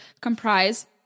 comprise